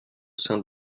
sein